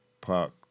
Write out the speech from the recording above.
park